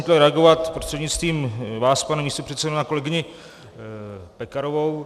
Chtěl jsem reagovat prostřednictvím vás, pane místopředsedo, na kolegyni Pekarovou.